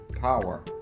power